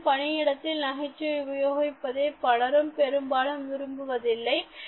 மேலும் பணியிடத்தில் நகைச்சுவையை உபயோகிப்பதை பலரும் பெரும்பாலும் விரும்புவதில்லை